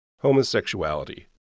homosexuality